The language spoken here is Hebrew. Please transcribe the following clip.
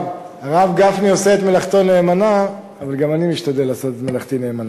הרב גפני עושה את מלאכתו נאמנה אבל גם אני משתדל לעשות את מלאכתי נאמנה.